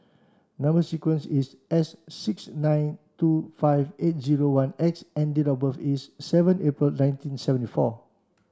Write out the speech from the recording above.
number sequence is S six nine two five eight zero one X and date of birth is seven April nineteen seventy four